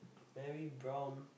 very brown